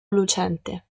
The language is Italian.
lucente